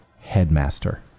headmaster